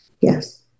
Yes